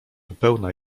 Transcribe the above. pełna